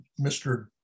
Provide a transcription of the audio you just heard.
Mr